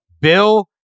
Bill